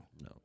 No